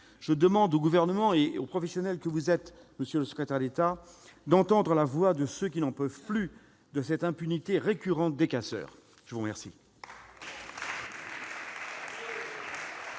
Je demande au Gouvernement et au professionnel que vous êtes, monsieur le secrétaire d'État, d'entendre la voix de ceux qui n'en peuvent plus de cette impunité récurrente des casseurs. La parole